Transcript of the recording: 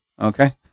Okay